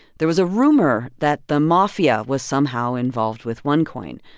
there was a rumor that the mafia was somehow involved with onecoin,